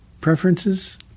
preferences